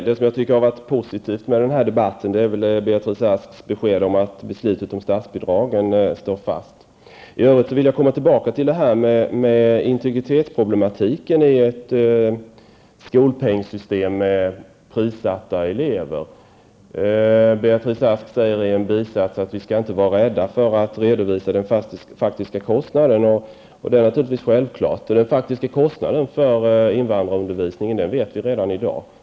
Fru talman! Det positiva med denna debatt är Beatrice Asks besked om att beslutet om statsbidragen står fast. Jag vill komma tillbaka till problemen med integriteten i ett skolpengssystem med prissatta elever. Beatrice Ask säger i en bisats att vi inte skall vara rädda för att redovisa den faktiska kostnaden. Det är naturligtvis självklart. Den faktiska kostnaden för invandrarundervisningen vet vi redan i dag.